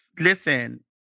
listen